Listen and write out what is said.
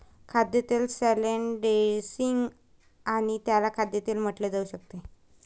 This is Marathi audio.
खाद्यतेल सॅलड ड्रेसिंग आणि त्याला खाद्यतेल म्हटले जाऊ शकते